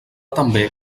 també